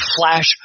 flash